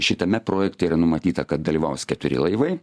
šitame projekte yra numatyta kad dalyvaus keturi laivai